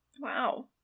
wow